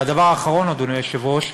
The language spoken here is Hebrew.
והדבר האחרון, אדוני היושב-ראש,